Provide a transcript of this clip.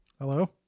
Hello